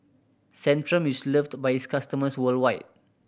Centrum is loved by its customers worldwide